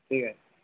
ঠিক আছে